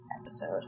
episode